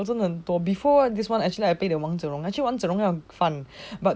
我真的很多 actually before this one I actually play zilong actually 玩 zilong fun